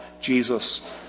Jesus